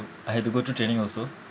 I had to go through training also